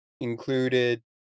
included